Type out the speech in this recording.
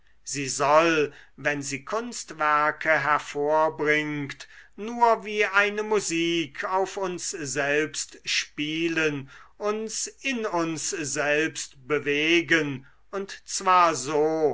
sie soll wenn sie kunstwerke hervorbringt nur wie eine musik auf uns selbst spielen uns in uns selbst bewegen und zwar so